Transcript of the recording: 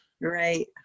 Right